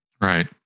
right